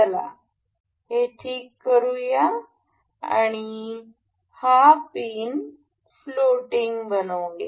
चला हे ठीक करू आणि हा पिन फ्लोटिंग बनवू